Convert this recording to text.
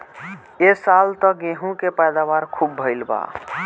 ए साल त गेंहू के पैदावार खूब भइल बा